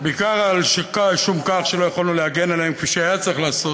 בעיקר על שום כך שלא יכולנו להגן עליהם כפי שהיה צריך לעשות.